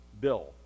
Bill